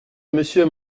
monsieur